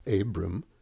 Abram